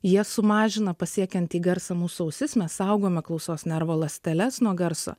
jie sumažina pasiekiantį garsą mūsų ausis mes saugome klausos nervo ląsteles nuo garso